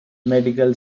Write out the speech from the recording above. medical